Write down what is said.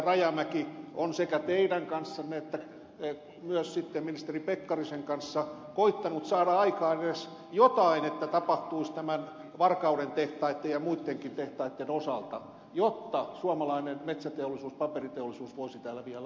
rajamäki on sekä teidän kanssanne että myös sitten ministeri pekkarisen kanssa koettanut saada aikaan sen että jotain tapahtuisi näiden varkauden tehtaitten ja muittenkin tehtaitten osalta jotta suomalainen metsäteollisuus ja paperiteollisuus voisivat täällä vielä olla